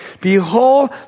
behold